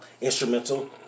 instrumental